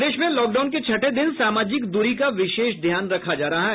प्रदेश में लॉकडाउन के छठे दिन सामाजिक दूरी का विशेष ध्यान रखा जा रहा है